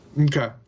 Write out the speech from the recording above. Okay